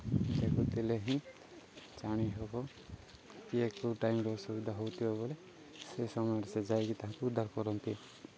ଦେଥିଲେ ହିଁ ଜାଣି ହବ କି କୋଉ ଟାଇମ୍ର ଅସୁବିଧା ହେଉଥିବ ବଲେ ସେ ସମୟରେ ସେ ଯାଇକି ତାଙ୍କୁ ଉଦ୍ଧାର କରନ୍ତି